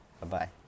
Bye-bye